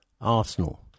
Arsenal